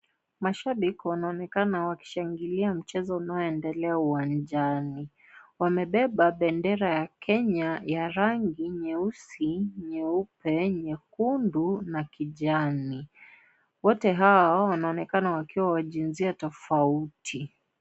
Mashabiki wanaonekana wakishangalia mchezo unaoendelea uwanjani. Wamebeba bendera ya kenya ya rangi nyeusi, nyeupe, nyekundu na kijani. Wote hawa wanaonekana kuwa wa jinsia tofauti.